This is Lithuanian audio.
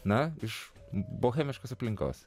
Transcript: na iš bohemiškos aplinkos